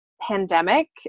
pandemic